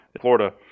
Florida